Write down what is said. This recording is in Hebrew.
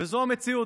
זו המציאות.